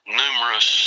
numerous